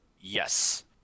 Yes